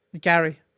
Gary